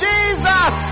Jesus